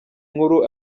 nkuru